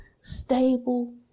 stable